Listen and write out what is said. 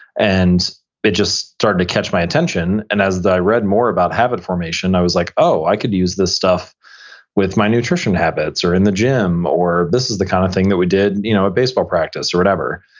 and it just started to catch my attention. and as i read more about habit formation, i was like, oh, i could use this stuff with my nutrition habits or in the gym, or, this is the kind of thing that we did you know at baseball practice, or whatever.